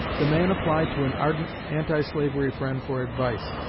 the man applied to an ardent anti-slavery friend for advice.